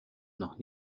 noch